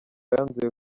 yanzuye